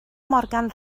morgan